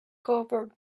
covered